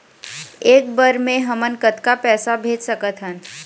एक बर मे हमन कतका पैसा भेज सकत हन?